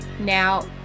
now